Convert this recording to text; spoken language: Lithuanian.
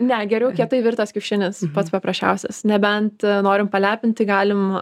ne geriau kietai virtas kiaušinis pats paprasčiausias nebent norim palepinti galim